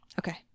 Okay